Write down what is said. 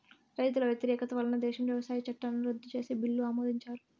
రైతుల వ్యతిరేకత వలన దేశంలో వ్యవసాయ చట్టాలను రద్దు చేసే బిల్లును ఆమోదించారు